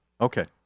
Okay